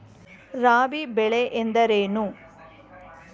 ರಾಬಿ ಬೆಳೆ ಎಂದರೇನು?